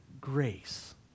grace